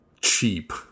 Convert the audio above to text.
cheap